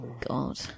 God